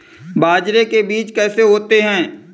बाजरे के बीज कैसे होते हैं?